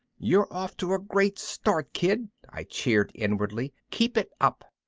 you're off to a great start, kid, i cheered inwardly. keep it up!